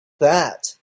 that